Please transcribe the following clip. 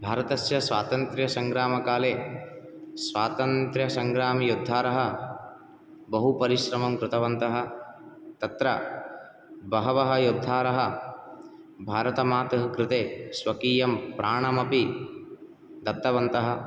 भारतस्य स्वातन्त्रयसङ्ग्रामकाले स्वातन्त्र्यसङ्ग्रामयोद्धारः बहु परिस्रमं कृतवन्तः तत्र बहवः योद्धारः भारतमातुः कृते स्वकीयं प्राणमपि दत्तवन्तः